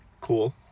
Cool